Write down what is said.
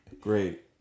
Great